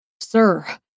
Sir